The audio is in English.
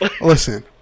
Listen